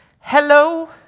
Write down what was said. Hello